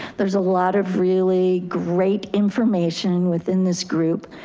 there's a lot of really great information within this group.